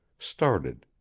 started,